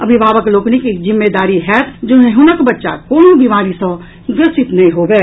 अभिभावक लोकनिक ई जिम्मेदारी होयत जे हुनक बच्चा कोनहुं बीमारी सँ ग्रसित नहि होबय